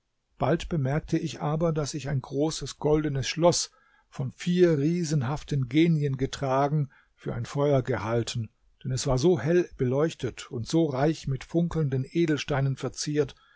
bald bemerkte ich aber daß ich ein großes goldenes schloß von vier riesenhaften genien getragen für ein feuer gehalten denn es war so hell beleuchtet und so reich mit funkelnden edelsteinen verziert